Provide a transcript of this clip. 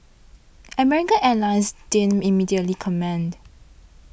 American Airlines didn't immediately comment